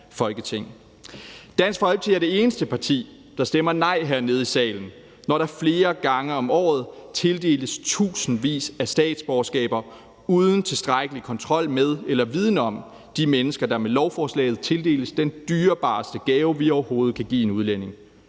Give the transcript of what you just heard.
Dansk Folkeparti er det eneste parti, der stemmer nej hernede i salen, når der flere gange om året tildeles tusindvis af statsborgerskaber uden tilstrækkelig kontrol med eller viden om de mennesker, der med lovforslaget tildeles den dyrebareste gave, vi overhovedet kan give en udlænding.